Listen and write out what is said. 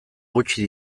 gutxi